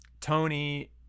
tony